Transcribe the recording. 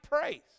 praise